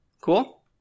Cool